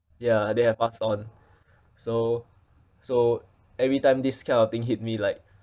ya they have passed on so so every time this kind of thing hit me like